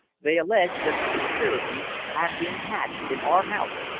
they alleged that the conspiracy had been hatched in our house,